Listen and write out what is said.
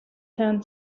town